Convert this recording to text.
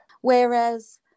whereas